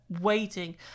waiting